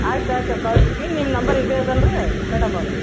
ಆಯ್ತು ಆಯಿತು ಕಳಿಸ್ತೀವಿ ನಿಮ್ಮ ನಂಬರ್ ಇದೇ ಅದಲ್ಲ ರೀ ಮೇಡಮ್ ಅವರೇ